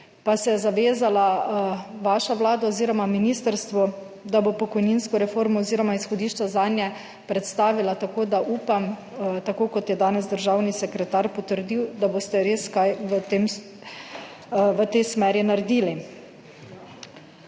pa se je zavezala vaša Vlada oziroma ministrstvu, da bo pokojninsko reformo oziroma izhodišča zanje predstavila, tako da upam, tako kot je danes državni sekretar potrdil, da boste res kaj v tem, v tej smeri naredili.